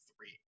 three